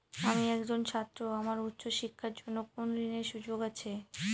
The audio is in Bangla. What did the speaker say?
আমি একজন ছাত্র আমার উচ্চ শিক্ষার জন্য কোন ঋণের সুযোগ আছে?